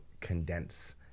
condense